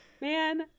Man